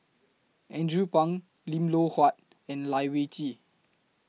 Andrew Phang Lim Loh Huat and Lai Weijie